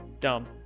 dumb